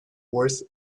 worth